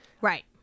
Right